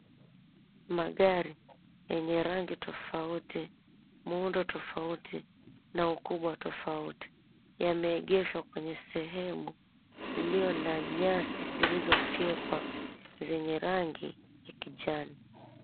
Magari yenye rangi tofauti, muundo tofauti na ukubwa tofauti. Yameegeshwa kwenye sehemu iliyona nyasi zilizofyekwa zenye rangi ya kijani.